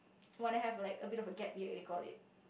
wanna have like abit of a gap year we'll call it